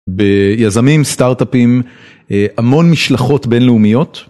ביזמים, סטארטאפים, המון משלחות בינלאומיות.